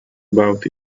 about